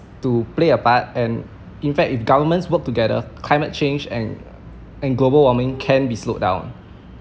to play a part and in fact if governments work together climate change and and global warming can be slowed down